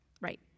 Right